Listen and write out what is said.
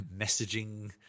messaging